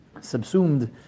subsumed